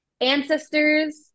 ancestors